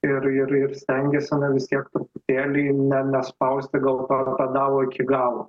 ir ir ir stengiasi na vis tiek truputėlį ne nespausti gal to pedalo iki galo